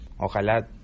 ojalá